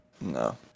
no